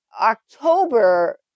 October